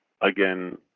again